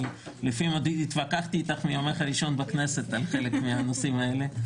לפעמים התווכחתי איתך עוד מיומך הראשון בכנסת על חלק מהנושאים האלה.